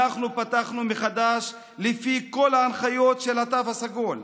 אנחנו פתחנו מחדש לפי כל ההנחיות של התו הסגול,